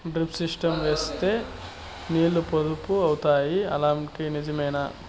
Drip system వేస్తే నీళ్లు పొదుపు అవుతాయి అంటారు నిజమేనా?